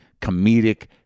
comedic